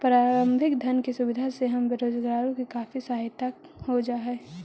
प्रारंभिक धन की सुविधा से हम बेरोजगारों की काफी सहायता हो जा हई